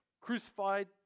crucified